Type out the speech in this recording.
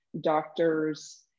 doctors